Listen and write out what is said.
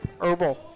herbal